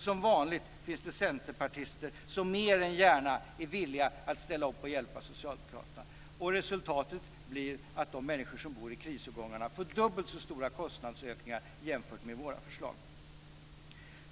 Som vanligt finns det centerpartister som mer än gärna är villiga att ställa upp och hjälpa socialdemokraterna. Resultatet blir att de människor som bor i krisårgångarna får dubbelt så stora kostnadsökningar jämfört med vårt förslag.